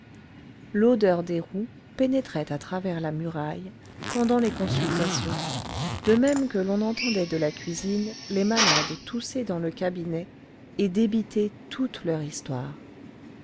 l'odeur des roux pénétrait à travers la muraille pendant les consultations de même que l'on entendait de la cuisine les malades tousser dans le cabinet et débiter toute leur histoire